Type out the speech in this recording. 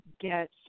get